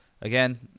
again